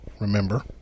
remember